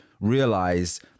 realize